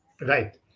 right